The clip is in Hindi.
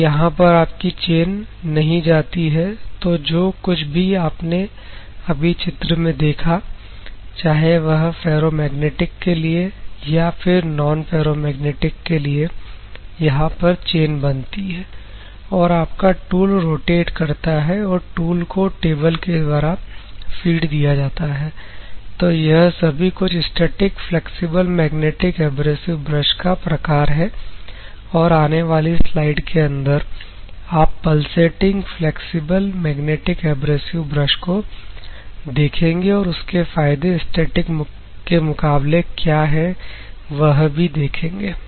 तो यहां पर आपकी चैन नहीं जाती है तो जो कुछ भी आपने अभी चित्र में देखा चाहे वह फेरोमैग्नेटिक के लिए या फिर नॉन फेरोमैग्नेटिक के लिए यहां पर चैन बनती हैं और आपका टूल रोटेट करता है और टूल को टेबल के द्वारा फीड दिया जाता है तो यह सभी कुछ static flexible magnetic abrasive brush का प्रकार है और आने वाली स्लाइड के अंदर आप pulsating flexible magnetic abrasive brush को देखेंगे और उसके फायदे स्टैटिक के मुकाबले क्या है वह भी देखेंगे